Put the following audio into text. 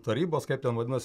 tarybos kaip ten vadinas